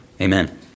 Amen